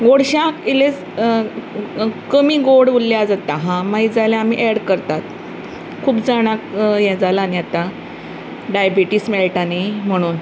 गोडश्यांत इल्लें कमी गोड उल्ल्यार जाता हां मागीर जाय जाल्यार आमी एड करतात खूब जाणांक हें जाला न्ही आतां डायबिटीस मेळटा नी म्हुणून